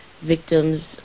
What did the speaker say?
victim's